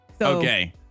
Okay